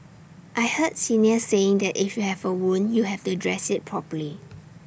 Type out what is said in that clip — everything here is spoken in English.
I heard seniors saying that if you have A wound you have to dress IT properly